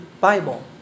Bible